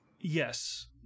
Yes